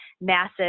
massive